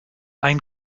ein